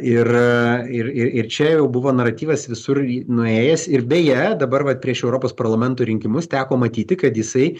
ir ir ir čia jau buvo naratyvas visur nuėjęs ir beje dabar vat prieš europos parlamento rinkimus teko matyti kad jisai